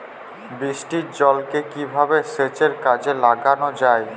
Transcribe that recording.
বৃষ্টির জলকে কিভাবে সেচের কাজে লাগানো যায়?